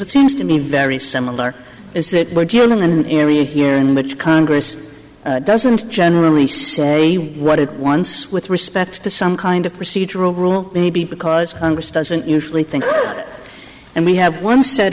it seems to me very similar is that in an area here in which congress doesn't generally say what it once with respect to some kind of procedural rule maybe because congress doesn't usually think and we have one set